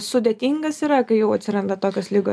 sudėtingas yra kai jau atsiranda tokios ligos